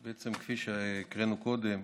בעצם, כפי שהקראנו קודם,